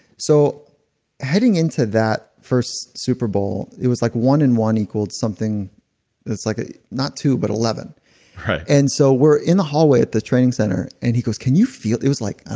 so heading into that first super bowl it was like one and one equaled something that's like not two but eleven point right and so we're in the hallway at the training center and he goes, can you feel? it was like, i